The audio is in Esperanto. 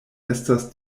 estas